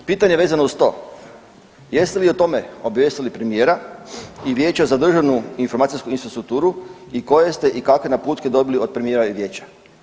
Pitanje vezano uz to, jeste li o tome obavijestili premijera i Vijeća za državnu informacijsku infrastrukturu i koje ste i kakve naputke dobili od premijera i vijeća?